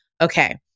okay